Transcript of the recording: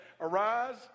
Arise